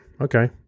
okay